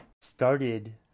Started